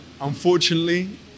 Unfortunately